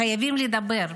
חייבים לדבר.